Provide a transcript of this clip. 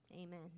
Amen